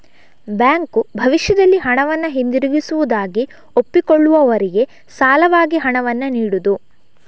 bank ಭವಿಷ್ಯದಲ್ಲಿ ಹಣವನ್ನ ಹಿಂದಿರುಗಿಸುವುದಾಗಿ ಒಪ್ಪಿಕೊಳ್ಳುವವರಿಗೆ ಸಾಲವಾಗಿ ಹಣವನ್ನ ನೀಡುದು